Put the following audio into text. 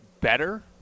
better